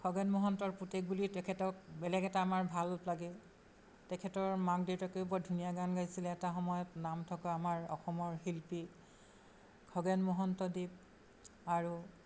খগেন মহন্তৰ পুতেক বুলিও তেখেতক বেলেগ এটা আমাৰ ভাল লাগে তেখেতৰ মাক দেউতাকেও বৰ ধুনীয়া গান গাইছিল এটা সময়ত নাম থকা আমাৰ অসমৰ শিল্পী খগেন মহন্তদেৱ আৰু